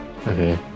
Okay